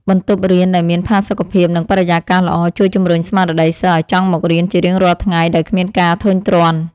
បន្ទប់រៀនដែលមានផាសុកភាពនិងបរិយាកាសល្អ ជួយជំរុញស្មារតីសិស្សឱ្យចង់មករៀនជារៀងរាល់ថ្ងៃដោយគ្មានការធុញទ្រាន់។